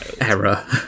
error